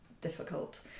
difficult